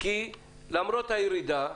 כי למרות הירידה,